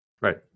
right